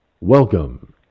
Welcome